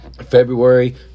February